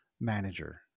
manager